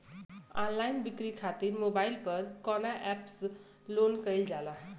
Online बिक्री खातिर mobile पर कवना एप्स लोन कईल जाला?